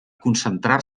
concentrar